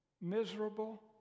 Miserable